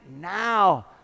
now